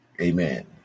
amen